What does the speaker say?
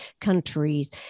countries